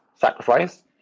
sacrifice